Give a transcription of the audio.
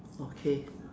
okay